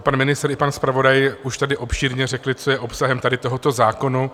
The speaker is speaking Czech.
Pan ministr i pan zpravodaj už tady obšírně řekli, co je obsahem tady tohoto zákona.